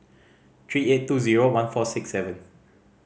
three eight two zero one four six seven